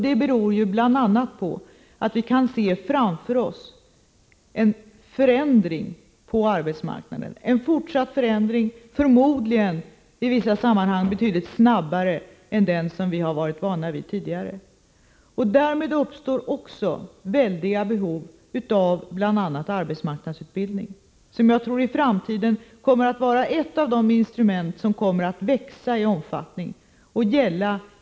Det beror bl.a. på att vi kan se framför oss en fortsatt förändring på arbetsmarknaden, förmodligen i vissa sammanhang betydligt snabbare än den som vi har varit vana vid tidigare. Därmed uppstår väldiga behov av bl.a. arbetsmarknadsutbildning, som jag tror är ett av de instrument som i framtiden kommer att växa i omfattning.